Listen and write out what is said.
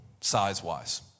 size-wise